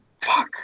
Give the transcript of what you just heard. Fuck